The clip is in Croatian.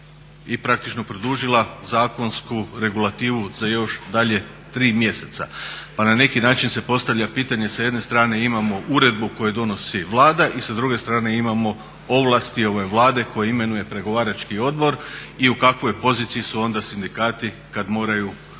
i praktično produžila zakonsku regulativu za još dalje 3 mjeseca. Pa na neki način se postavlja pitanje sa jedne strane imamo uredbu koju donosi Vlada i sa druge strane imamo ovlasti ove Vlade koju imenuje pregovarački odbor i u kakvoj poziciji su onda sindikati kad moraju pregovarati.